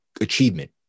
achievement